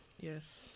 Yes